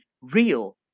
real